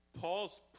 Paul's